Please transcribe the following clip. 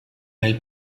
nel